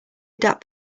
adapt